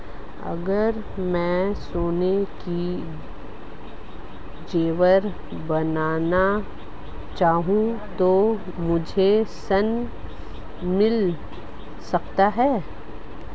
अगर मैं सोने के ज़ेवर बनाना चाहूं तो मुझे ऋण मिल सकता है?